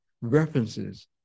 references